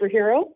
superhero